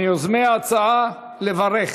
מיוזמי ההצעה, לברך.